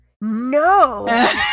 No